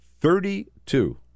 Thirty-two